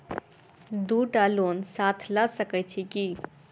दु टा लोन साथ लऽ सकैत छी की?